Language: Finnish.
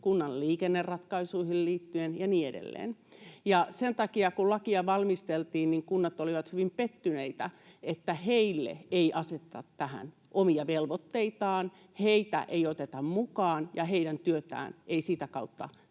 kunnan liikenneratkaisuihin liittyen ja niin edelleen. Sen takia, kun lakia valmisteltiin, kunnat olivat hyvin pettyneitä, että heille ei aseteta tähän omia velvoitteita, heitä ei oteta mukaan ja heidän työtään ei sitä kautta